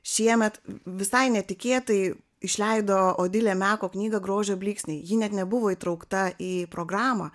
šiemet visai netikėtai išleido odilė meko knygą grožio blyksniai ji net nebuvo įtraukta į programą